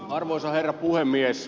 arvoisa herra puhemies